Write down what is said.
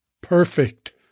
perfect